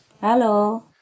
Hello